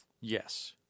Yes